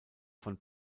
von